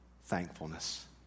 thankfulness